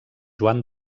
joan